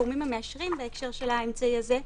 הגורמים המאשרים בהקשר של האמצעי הזה,